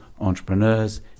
entrepreneurs